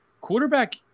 quarterback